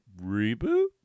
reboot